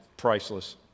priceless